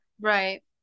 Right